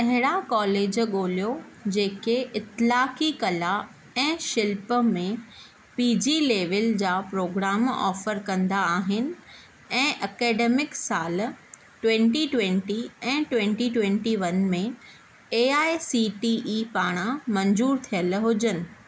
अहिड़ा कॉलेज ॻोल्हियो जेके इतलाक़ी कला ऐं शिल्प में पी जी लैवल जा प्रोग्राम ऑफर कंदा आहिनि ऐं ऐकडेमिक साल ट्वैंटी ट्वैंटी ऐं ट्वैंटी ट्वैंटी वन में A I C T E पारां मंज़ूरु थियल हुजनि